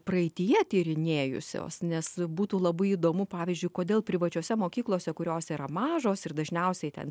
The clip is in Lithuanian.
praeityje tyrinėjusios nes būtų labai įdomu pavyzdžiui kodėl privačiose mokyklose kurios yra mažos ir dažniausiai ten